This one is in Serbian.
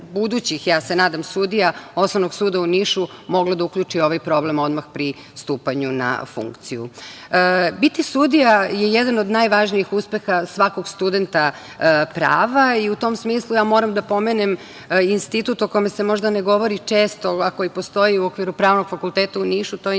ja se nadam, sudija Osnovnog suda u Nišu moglo da uključi u ovaj problem odmah pri stupanju na funkciju. Biti sudija je jedan od najvažnijih uspeha svakog studenta prava i u tom smislu ja moram da pomenem institut o kome se možda ne govori često, u okviru Pravnog fakulteta u Nišu, to je